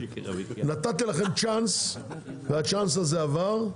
נתתי לכם צ'אנס וזה עבר,